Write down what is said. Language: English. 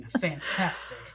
fantastic